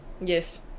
Yes